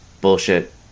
Bullshit